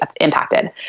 impacted